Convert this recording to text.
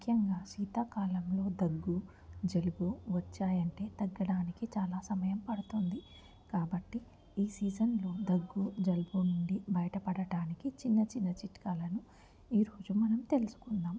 ముఖ్యంగా శీతాకాలంలో దగ్గు జలుబు వచ్చాయంటే తగ్గడానికి చాలా సమయం పడుతుంది కాబట్టి ఈ సీజన్లో దగ్గు జలుబు నుండి బయటపడటానికి చిన్న చిన్న చిట్కాలను ఈరోజు మనం తెలుసుకుందాం